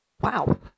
Wow